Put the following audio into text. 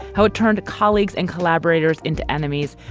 how it turned to colleagues and collaborators into enemies.